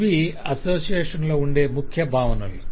ఇవి అసోసియేషన్ లో ఉండే ముఖ్య భావనలు